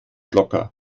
locker